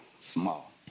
Small